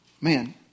man